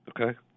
Okay